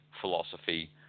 philosophy